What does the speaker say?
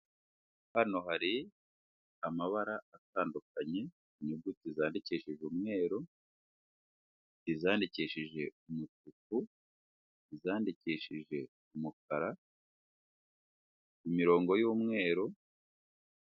Hano hari amabara atandukanye, inyuguti zandikishije umweru, izandikishije umutuku, izandikishije umukara, imirongo y'umweru,